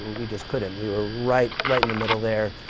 we just couldn't. we were right right in the middle there.